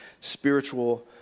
spiritual